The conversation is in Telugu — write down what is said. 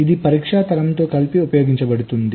ఇది పరీక్ష తరంతో కలిపి ఉపయోగించబడుతుంది